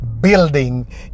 building